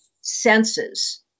senses